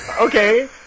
Okay